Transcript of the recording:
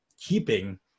keeping